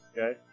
Okay